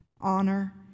honor